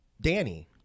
Danny